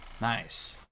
Nice